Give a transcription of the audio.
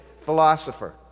philosopher